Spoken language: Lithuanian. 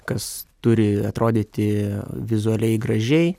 kas turi atrodyti vizualiai gražiai